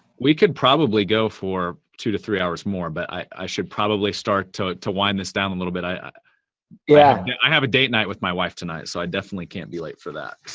we could probably go for two to three hours more, but i should probably start to to wind this down a little bit. i yeah yeah i have a date night with my wife tonight, so i definitely can't be late for that.